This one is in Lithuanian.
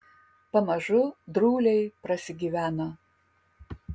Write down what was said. pamažu drūliai prasigyveno